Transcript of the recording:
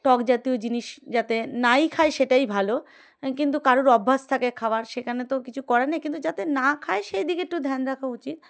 টক জাতীয় জিনিস যাতে নাই খায় সেটাই ভালো কিন্তু কারোর অভ্যাস থাকে খাওয়ার সেখানে তো কিছু কর নেই কিন্তু যাতে না খায় সেই দিকে একটু ধ্যান রাখা উচিত